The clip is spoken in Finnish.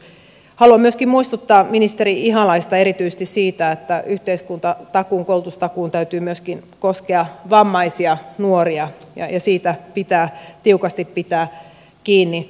haluan myöskin muistuttaa ministeri ihalaista erityisesti siitä että yhteiskuntatakuun koulutustakuun täytyy myöskin koskea vammaisia nuoria ja siitä pitää tiukasti pitää kiinni